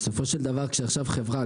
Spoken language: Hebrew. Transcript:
בסופו של דבר כשעכשיו חברה,